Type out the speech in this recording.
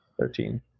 Thirteen